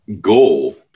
goal